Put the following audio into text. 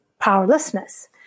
powerlessness